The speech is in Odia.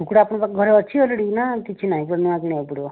କୁକୁଡ଼ା ଆପଣଙ୍କ ଘରେ ଅଛି ଅଲରେଡ଼ି ନା କିଛି ନାଇଁ ନୂଆଁ କିଣିବାକୁ ପଡ଼ିବ